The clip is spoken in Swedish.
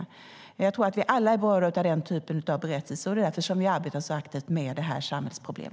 Jag tror att vi alla blir berörda av den typen av berättelser. Det är därför vi arbetar så aktivt med detta samhällsproblem.